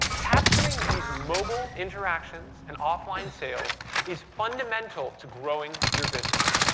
capturing these mobile interactions and offline sales is fundamental to growing your business.